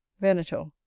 venator.